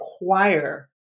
require